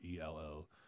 ELO